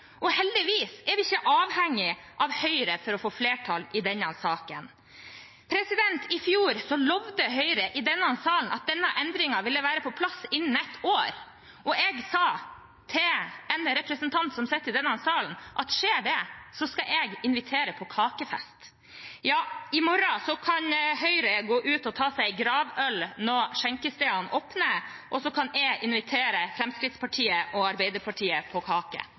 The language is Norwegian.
i denne saken. I fjor lovte Høyre i denne sal at denne endringen ville være på plass innen ett år, og jeg sa til en representant som sitter i denne salen, at skjer det, skal jeg invitere på kakefest. Ja, i morgen kan Høyre gå ut og ta seg en gravøl når skjenkestedene åpner, og så kan jeg invitere Fremskrittspartiet og Arbeiderpartiet på kake.